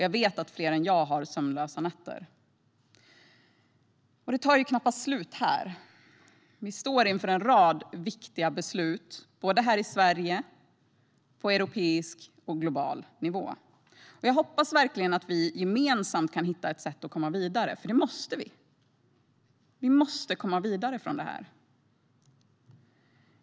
Jag vet att fler än jag har sömnlösa nätter. Och det tar ju knappast slut här. Vi står inför en rad viktiga beslut både här i Sverige och på europeisk och global nivå. Jag hoppas verkligen att vi gemensamt kan hitta sätt att komma vidare, för det måste vi. Vi måste komma vidare från det här.